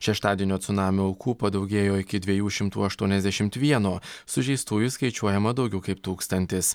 šeštadienio cunamio aukų padaugėjo iki dviejų šimtų aštuoniasdešimt vieno sužeistųjų skaičiuojama daugiau kaip tūkstantis